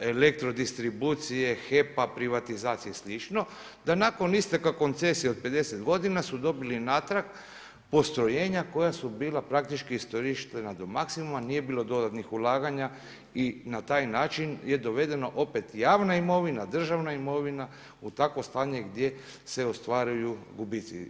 elektrodistribucije, HEP-a privatizacije i sl. da nakon isteka koncesije od 50 godina su dobili natrag postrojenja koja su bila praktički iskorištena do maksimuma nije bilo dodatnih ulaganja i na taj način je dovedeno opet javna imovina, državna imovina, u takvo stanje gdje se ostvaruju gubitci.